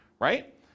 right